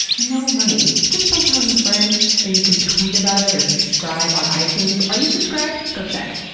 no money, just by telling a friend, or you can tweet about it, or subscribe on itunes. are you subscribed? go check.